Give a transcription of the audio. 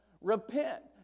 Repent